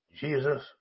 Jesus